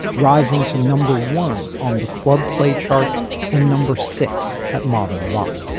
rising to number one on the club play chart and number six at modern rock